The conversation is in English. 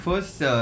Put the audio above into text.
first